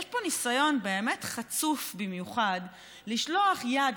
יש פה ניסיון חצוף במיוחד לשלוח יד,